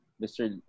Mr